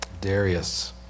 Darius